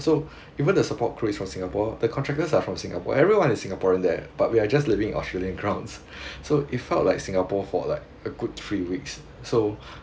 so even the support C_R_E_S_T from singapore the contractors are from singapore everyone is singaporean there but we are just living australian grown so if it felt like singapore for like a good three weeks so